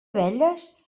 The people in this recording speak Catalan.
abelles